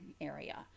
area